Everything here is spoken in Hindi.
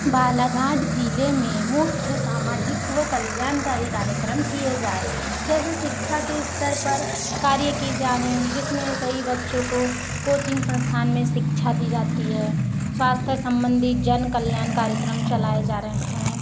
बालाघाट ज़िले में मुख्य सामाजिक व कल्याणकारी कार्यक्रम किए जा रहे हैं जैसे शिक्षा के स्तर पर कार्य किए जा रहे हैं जिसमें कई बच्चों को कोचिंग संस्थान में शिक्षा दी जाती है स्वास्थ्य संबंधी जनकल्याण कार्यक्रम चलाए जा रहे हैं